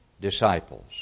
disciples